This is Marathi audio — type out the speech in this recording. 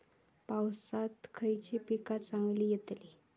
पावसात खयली पीका चांगली येतली?